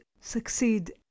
succeed